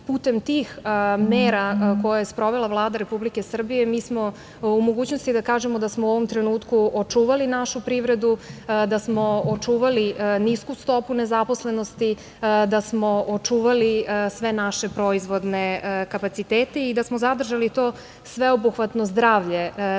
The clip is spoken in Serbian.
tih mera, koje je sprovela Vlada Republike Srbije, mi smo u mogućnosti da kažemo da smo u ovom trenutku očuvali našu privredu, da smo očuvali nisku stopu nezaposlenosti, da smo očuvali sve naše proizvodne kapacitete i da smo zadržali to sveobuhvatno zdravlje naših